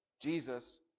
Jesus